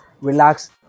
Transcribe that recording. relax